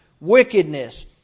wickedness